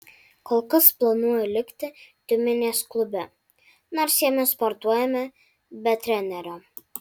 kol kas planuoju likti tiumenės klube nors jame sportuojame be trenerio